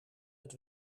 het